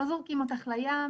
לא זורקים אותך לים.